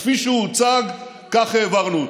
כפי שהוא הוצג, כך העברנו אותו.